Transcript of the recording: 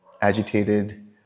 agitated